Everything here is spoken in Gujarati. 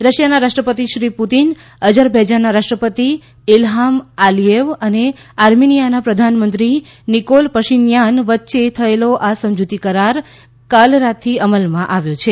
રશિયાના રાષ્ટ્રપતિ શ્રી પુતિન અજરબૈજાનના રાષ્ટ્રપતિ ઇલ્હામ આલિએવ અને આર્મિનિયાના પ્રધાનમંત્રી નિકોલ પશિન્યાન વચ્ચે થયેલો આ સમજૂતી કરાર કાલ રાતથી અમલમાં આવ્યો છે